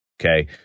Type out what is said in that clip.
Okay